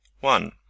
one